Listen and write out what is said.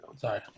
sorry